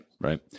right